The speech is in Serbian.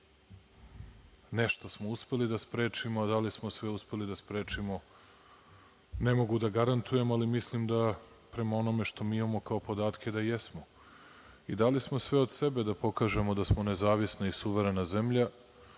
Nešto smo uspeli da sprečimo, a da li smo sve uspeli da sprečimo ne mogu da garantujem, ali mislim da prema onome što mi imamo kao podatke, da jesmo. I, dali smo sve od sebe da pokažemo da smo nezavisna i suverena zemlja